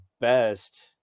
best